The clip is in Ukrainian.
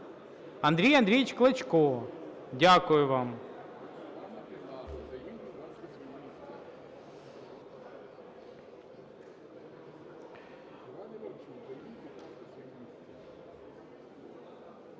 Андрій Андрійович Клочко. Дякую вам.